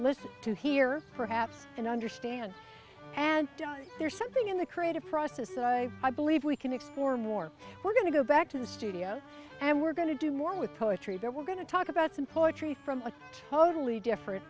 listen to hear perhaps and understand and there's something in the creative process i believe we can explore more we're going to go back to the studio and we're going to do more with poetry that we're going to talk about some poetry from a totally different